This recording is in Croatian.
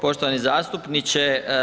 Poštovani zastupniče.